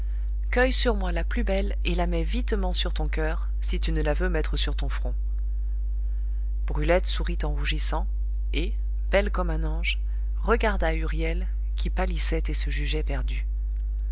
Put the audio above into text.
cueille sur moi la plus belle et la mets vitement sur ton coeur si tu ne la veux mettre sur ton front brulette sourit en rougissant et belle comme un ange regarda huriel qui pâlissait et se jugeait perdu